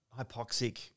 hypoxic